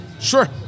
Sure